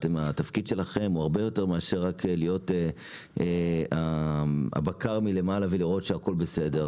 התפקיד שלכם הוא הרבה יותר רק מלהיות הבקר מלמעלה ולראות שהכל בסדר,